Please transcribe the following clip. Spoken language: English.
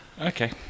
Okay